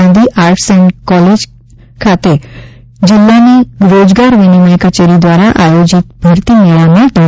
Gandhi arts and college ખાતે જિલ્લાની રોજગાર વિનિમય કચેરી દ્વારા આયોજીત ભરતી મેળામાં ધો